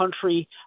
country